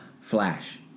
Flash